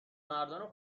مردان